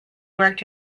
worked